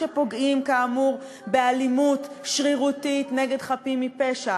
שפוגעים כאמור באלימות שרירותית נגד חפים מפשע?